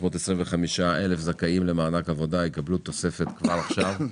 325,000 זכאים למענק עבודה יקבלו תוספת כבר עכשיו,